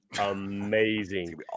amazing